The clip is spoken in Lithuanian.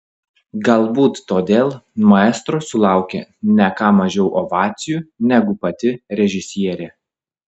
galbūt todėl maestro sulaukė ne ką mažiau ovacijų negu pati režisierė